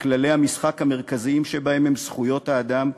שכללי המשחק המרכזיים שבהם הם זכויות האדם,